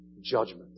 judgment